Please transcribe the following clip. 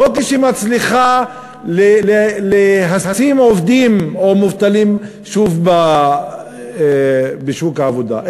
לא כשהיא מצליחה לשים עובדים או מובטלים שוב בשוק העבודה,